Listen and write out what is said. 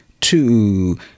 two